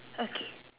okay